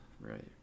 Right